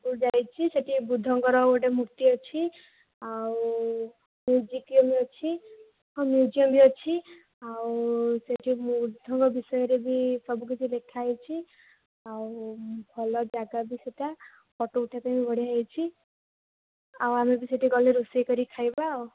ମୁଁ ଯାଇଛି ସେଇଠି ବୁଦ୍ଧଙ୍କର ଗୋଟେ ମୂର୍ତ୍ତି ଅଛି ଆଉ ଅଛି ହଁ ମ୍ୟୁଜିୟମ୍ ବି ଅଛି ଆଉ ସେଇଠି ବୁଦ୍ଧଙ୍କ ବିଷୟରେ ବି ସବୁକିଛି ଲେଖାହୋଇଛି ଆଉ ଭଲ ଜାଗା ବି ସେଇଟା ଫୋଟୋ ଉଠାଇବା ପାଇଁ ବି ବଢ଼ିଆ ହୋଇଛି ଆଉ ଆମେ ବି ସେଇଠି ଗଲେ ରୋଷେଇ କରିକି ଖାଇବା ଆଉ